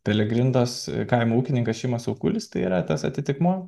peligrindos kaimo ūkininkas šimas okulis tai yra tas atitikmuo